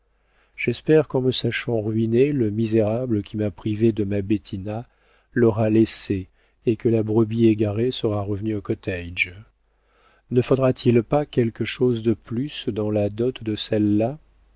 j'espère qu'en me sachant ruiné le misérable qui m'a privé de ma bettina l'aura laissée et que la brebis égarée sera revenu au cottage ne faudra-t-il pas quelque chose de plus dans la dot de celle-là